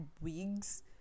wigs